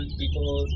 people